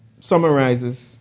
summarizes